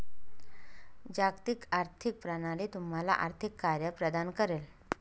जागतिक आर्थिक प्रणाली तुम्हाला आर्थिक कार्ये प्रदान करेल